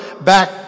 back